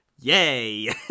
yay